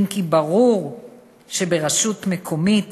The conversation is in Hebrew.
אם כי ברור שרשות מקומית